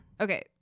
okay